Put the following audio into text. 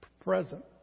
present